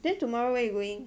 then tomorrow where you going